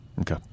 okay